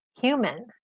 human